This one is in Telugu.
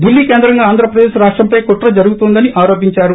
దిల్లీ కేంద్రంగా ఆంధ్రప్రదేశ్ రాష్టంపై కుట్ర జరుగుతోందని ఆరోపించారు